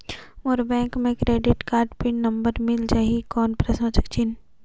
मोर bank मे credit card PIN number मिल जाहि कौन?